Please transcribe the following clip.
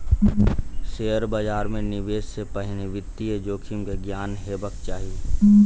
share बाजार मे निवेश से पहिने वित्तीय जोखिम के ज्ञान हेबाक चाही